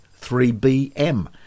3BM